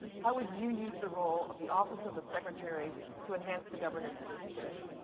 how would you use the role of the office of the secretary to enhance the governance in this church?